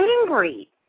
angry